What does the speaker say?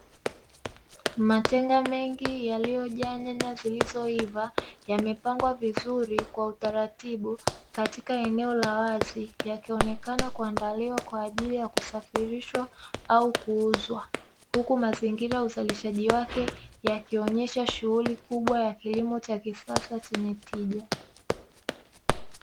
Matenga mengi yaliyojaa nyanya zilizoiva, yamepangwa vizuri kwa utaratibu katika eneo la wazi, yakionekana kuandaliwa kwa ajili ya kusafirishwa au kuuzwa. Huku mazingira ya uzalishaji wake yakionyesha shughuli kubwa ya kilimo cha kisasa chenye tija.